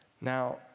Now